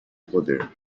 poder